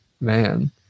man